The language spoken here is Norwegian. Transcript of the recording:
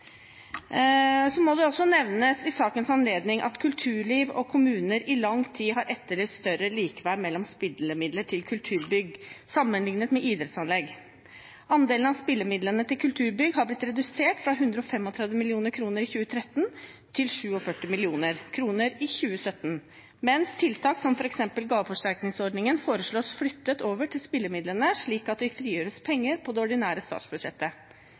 Så må det også nevnes i sakens anledning at kulturliv og kommuner i lang tid har etterlyst større likeverd mellom spillemidler til kulturbygg sammenlignet med idrettsanlegg. Andelen av spillemidlene til kulturbygg har blitt redusert fra 135 mill. kr i 2013 til 47 mill. kr i 2017, mens tiltak som f.eks. gaveforsterkningsordningen foreslås flyttet over til spillemidlene, slik at det frigjøres penger på det ordinære statsbudsjettet.